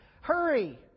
Hurry